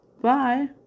Bye